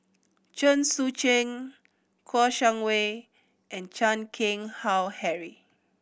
Chen Sucheng Kouo Shang Wei and Chan Keng Howe Harry